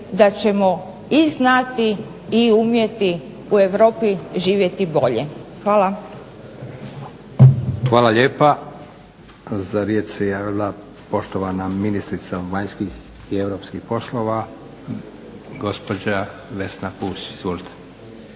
da ćemo i znati i umjeti u Europi živjeti bolje. Hvala. **Leko, Josip (SDP)** Hvala lijepa. Za riječ se javila poštovana ministrica vanjskih i europskih poslova gospođa Vesna Pusić.